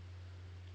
it looks lah but